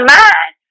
mind